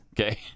Okay